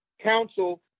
council